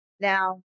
Now